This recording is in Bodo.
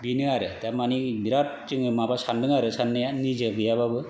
बेनो आरो थारमानि बिराद जोङो माबा सान्दों आरो साननाया निजाया गैयाबाबो